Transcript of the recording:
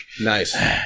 Nice